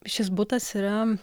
šis butas yra